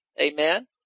Amen